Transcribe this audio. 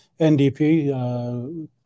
NDP